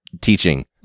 teaching